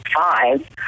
five